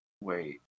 Wait